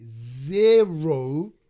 zero